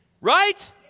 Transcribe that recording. Right